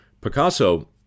Picasso